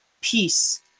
peace